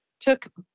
took